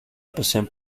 poseen